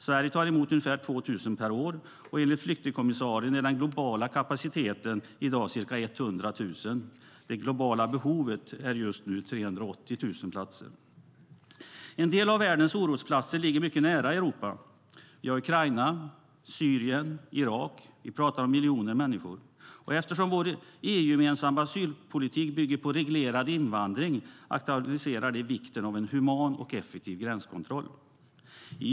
Sverige tar emot ungefär 2 000 per år, och enligt flyktingkommissarien är den globala kapaciteten i dag ca 100 000. Det globala behovet är just nu 380 000 platser. En del av världens orosplatser ligger mycket nära Europa, till exempel Ukraina, Syrien och Irak. Vi talar om miljoner människor. Eftersom vår EU-gemensamma asylpolitik bygger på reglerad invandring aktualiserar det vikten av en human och effektiv gränskontroll.